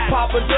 Papa